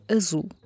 azul